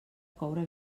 coure